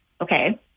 okay